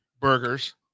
Burgers